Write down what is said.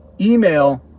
Email